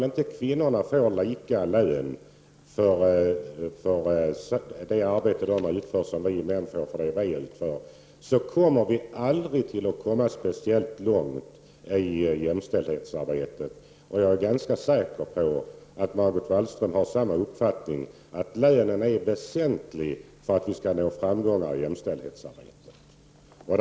Om inte kvinnorna får lika lön som männen för samma arbete, kommer vi aldrig att komma särskilt långt i jämställdhetsarbetet. Jag är ganska säker på att Margot Wallström har samma uppfattning, nämligen att lönen är väsentlig för att vi skall nå framgångar i jämställdhetsarbetet.